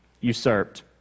usurped